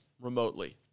remotely